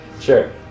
sure